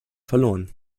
verloren